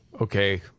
Okay